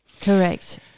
Correct